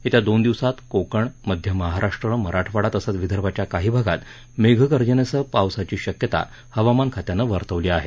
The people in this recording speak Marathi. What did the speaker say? येत्या दोन दिवसात कोकण मध्य महाराष्ट्र मराठवाडा तसंच विदर्भाच्या काही भागात मेघगर्जनेसह पावसाची शक्यता हवामान खात्यानं वर्तवली आहे